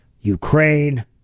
Ukraine